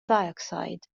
dioxide